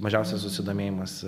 mažiausias susidomėjimas